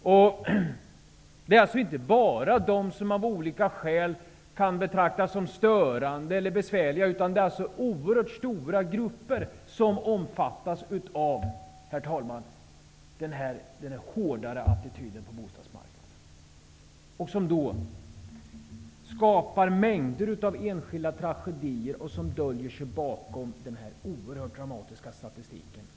Det är alltså inte bara människor som av olika skäl kan betraktas som störande eller besvärliga utan också andra oerhört stora grupper som omfattas av den här hårdare attityden på bostadsmarknaden. En mängd enskilda tragedier blir resultatet. Det är sådant här som döljer sig bakom den oerhört dramatiska statistiken.